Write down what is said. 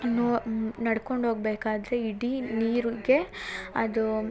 no ನಡ್ಕೊಂಡು ಹೋಗ್ಬೇಕಾದರೆ ಇಡೀ ನೀರಿಗೇ ಅದು